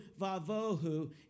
vavohu